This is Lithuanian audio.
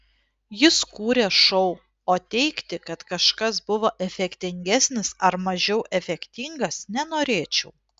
jis kūrė šou o teigti kad kažkas buvo efektingesnis ar mažiau efektingas nenorėčiau